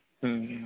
हां